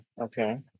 Okay